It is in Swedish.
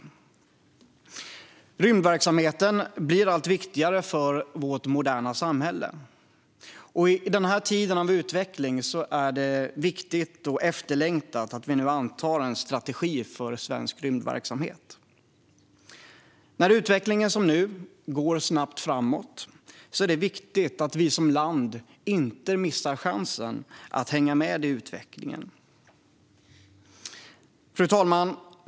Rymdverksamheten blir allt viktigare för vårt moderna samhälle. I denna tid av utveckling är det viktigt och efterlängtat att vi nu antar en strategi för svensk rymdverksamhet. När utvecklingen som nu går snabbt framåt är det viktigt att vi som land inte missar chansen att hänga med i den. Fru talman!